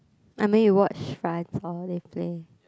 I mean you watch they play